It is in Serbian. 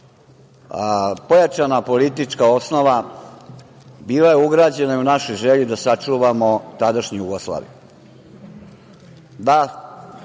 pojačana politička osnova bila je ugrađena i u naše želje da sačuvamo tadašnju Jugoslaviju, da